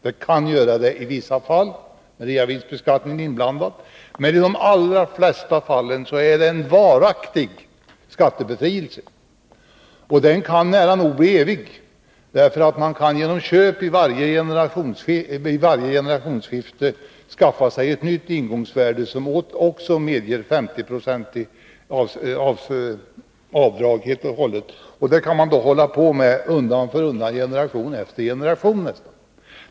Det kan vara så i vissa fall, när reavinstbeskattningen är inblandad, men i de allra flesta fallen är det en varaktig skattebefrielse. Den kan nära nog bli evig, för man kan genom köp vid varje generationsskifte skaffa sig ett nytt ingångsvärde, som också medger 50-procentiga avdrag helt och hållet. Detta kan man hålla på med undan för undan, generation efter generation.